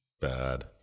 bad